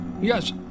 Yes